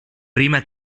prima